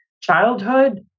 childhood